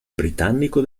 britannico